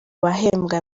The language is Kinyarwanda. bahembwa